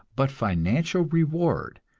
but financial reward,